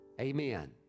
amen